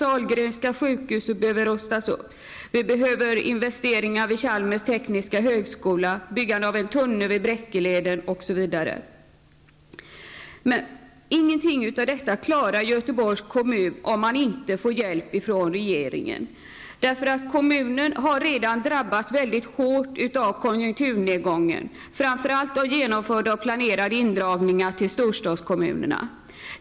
Sahlgrenska sjukhuset behöver rustas upp. Det behövs investeringar i Chalmers tekniska högskola, byggande av en tunnel vid Bräckeleden, osv. Göteborgs kommun klarar ingenting av detta om man inte får hjälp från regeringen. Göteborg har redan drabbats mycket hårt av konjunkturnedgången, framför allt av genomförda och planerade indragningar till storstadskommunerna.